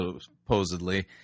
supposedly